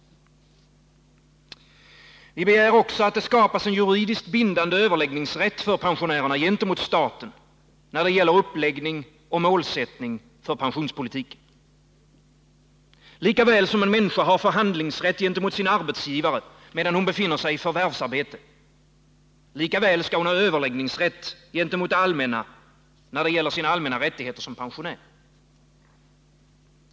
Vi begär också att det skapas en juridiskt bindande överläggningsrätt för Nr 34 pensionärerna gentemot staten vad gäller uppläggning och målsättning för Onsdagen den pensionspolitiken. Lika väl som en människa har förhandlingsrätt gentemot 21 november 1979 sin arbetsgivare, medan hon befinner sig i förvärvsarbete, lika väl skall hon ha överläggningsrätt gentemot det allmänna när det gäller sina allmänna Översyn av ATP rättigheter som pensionär.